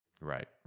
Right